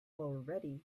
already